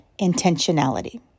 intentionality